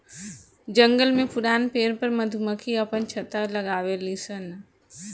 जंगल में पुरान पेड़ पर मधुमक्खी आपन छत्ता लगावे लिसन